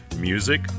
music